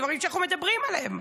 דברים שאנחנו מדברים עליהם,